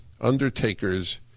undertakers